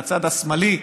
מהצד השמאלי,